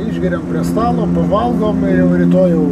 išgeriam prie stalo pavalgom jau rytoj jau